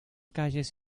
calles